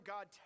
God